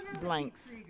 Blanks